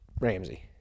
Ramsey